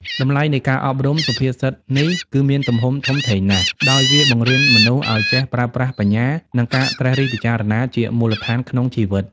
តម្លៃនៃការអប់រំរបស់សុភាសិតនេះ គឺមានទំហំធំធេងណាស់ ដោយវាបង្រៀនមនុស្សឱ្យចេះប្រើប្រាស់បញ្ញា និងការត្រិះរិះពិចារណាជាមូលដ្ឋានក្នុងជីវិត។